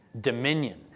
Dominion